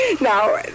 Now